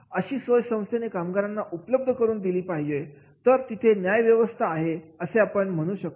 अशी सोय संस्थेने कामगारांना उपलब्ध करून दिली पाहिजे तरच तिथे न्याय व्यवस्था आहे असे आपण म्हणू शकतो